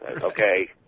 Okay